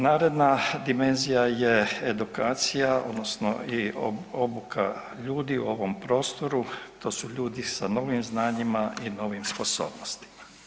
Naredna dimenzija je edukacija odnosno i obuka ljudi u ovom prostoru, to su ljudi sa novim znanjima i novim sposobnostima.